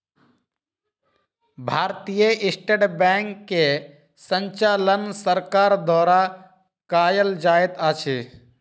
भारतीय state bank के संचालन सरकार द्वारा कयल जाइत अछि